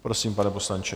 Prosím, pane poslanče.